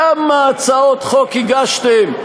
כמה הצעות חוק הגשתם: